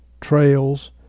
trails